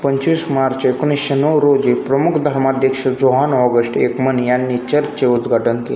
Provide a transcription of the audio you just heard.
पंचवीस मार्च एकोणीसशे नऊ रोजी प्रमुख धर्माध्यक्ष जोहान ऑगस्ट एकमन यांनी चर्चचे उद्घाटन के